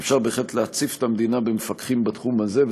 אז אפשר בהחלט להציף את המדינה במפקחים בתחום הזה,